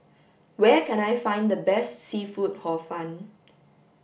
where can I find the best seafood hor fun